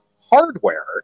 hardware